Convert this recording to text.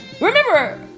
Remember